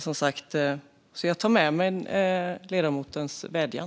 Jag tar med mig ledamotens vädjan.